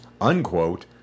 unquote